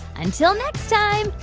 until next time,